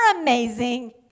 amazing